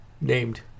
named